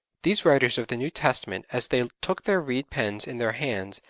these writers of the new testament as they took their reed pens in their hands,